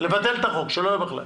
נבטל את החוק - שלא יהיה בכלל.